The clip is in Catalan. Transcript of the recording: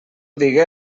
digué